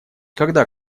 когда